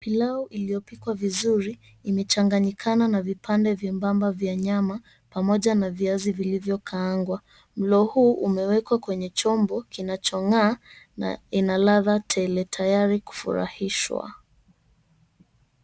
Pilau iliyopikwa vizuri imechanganyikana na vipande vyembamba vya nyama pamoja na viazi vilivyokaangwa. Mlo huu umewekwa kwenye chombo kinachong'aa na ina ladha tele tayari kufurahishwa.